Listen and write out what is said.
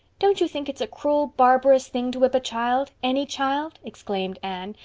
don't you think it's a cruel, barbarous thing to whip a child. any child? exclaimed anne,